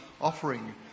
offering